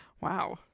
Wow